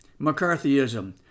McCarthyism